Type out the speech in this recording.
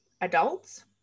adults